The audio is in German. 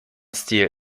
stil